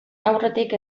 aurretik